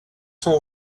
sont